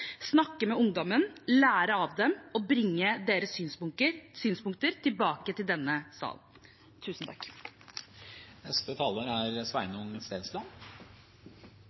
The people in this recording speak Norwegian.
snakke med ungdommen, lære av dem og bringe deres synspunkter tilbake til denne